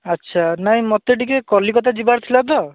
ଆଚ୍ଛା ନାହିଁ ମୋତେ ଟିକେ କଲିକତା ଯିବାର ଥିଲା ତ